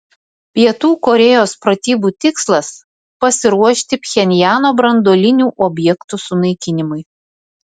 pietų korėjos pratybų tikslas pasiruošti pchenjano branduolinių objektų sunaikinimui